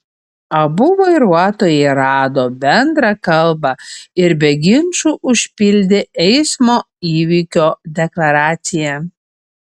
abu vairuotojai rado bendrą kalbą ir be ginčų užpildė eismo įvykio deklaraciją